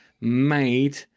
made